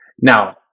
Now